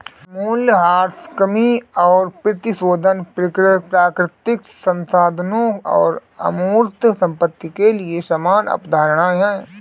मूल्यह्रास कमी और परिशोधन प्राकृतिक संसाधनों और अमूर्त संपत्ति के लिए समान अवधारणाएं हैं